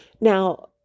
Now